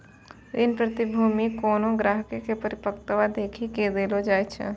ऋण प्रतिभूती कोनो ग्राहको के परिपक्वता देखी के देलो जाय छै